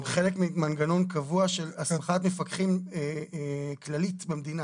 הם חלק ממנגנון קבוע של הסכמת מפקחים כללית במדינה.